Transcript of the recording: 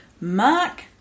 Mark